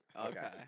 Okay